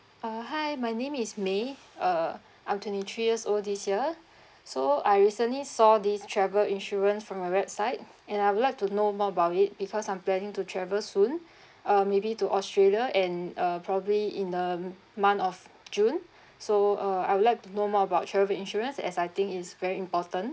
uh hi my name is may uh I'm twenty three years old this year so I recently saw this travel insurance from your website and I would like to know more about it because I'm planning to travel soon uh maybe to australia and uh probably in the month one of june so uh I would like to know more about travel insurance as I think it's very important